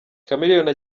chameleone